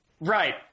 right